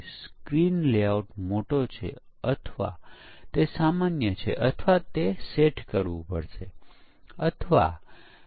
એકમ પરીક્ષણ વધુ ભૂલો શોધતું હોવાથી તે એક ખૂબ અસરકારક તકનીક છે અને તેથી આપણે યુનિટ પરીક્ષણ પર સિસ્ટમ પરીક્ષણ અથવા સમીક્ષા કરતાં વધુ સમય પસાર કરવો જોઈએ